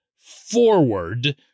forward